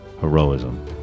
heroism